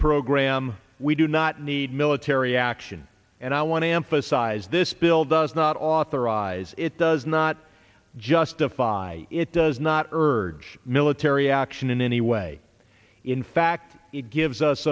program we do not need military action and i want to emphasize this bill does not authorize it does not justify it does not urge military action in any way in fact it gives us